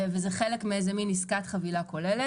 וזה חלק מעסקת חבילה כולל,